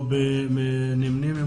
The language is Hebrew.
או נמנים על